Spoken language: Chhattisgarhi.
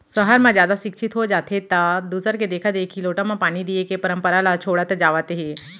सहर म जादा सिक्छित हो जाथें त दूसर के देखा देखी लोटा म पानी दिये के परंपरा ल छोड़त जावत हें